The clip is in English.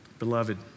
Beloved